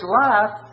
life